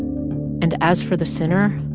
and as for the sinner,